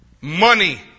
money